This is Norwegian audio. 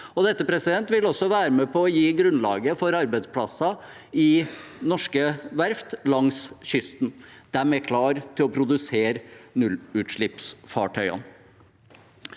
Dette vil også være med på å gi grunnlag for arbeidsplasser i norske verft langs kysten. De er klare til å produsere nullutslippsfartøy.